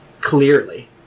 Clearly